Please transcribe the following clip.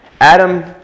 Adam